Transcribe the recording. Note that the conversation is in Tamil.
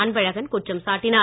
அன்பழகன் குற்றம் சாட்டினார்